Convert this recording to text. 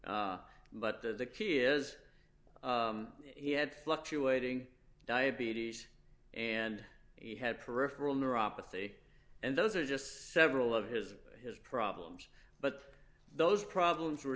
like but the key is he had fluctuating diabetes and he had peripheral neuropathy and those are just several of his his problems but those problems were